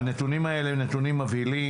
אלה נתונים מבהילים,